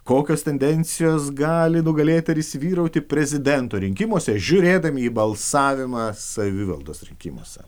kokios tendencijos gali nugalėti ir įsivyrauti prezidento rinkimuose žiūrėdami į balsavimą savivaldos rinkimuose